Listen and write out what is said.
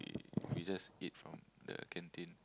we we just eat from the canteen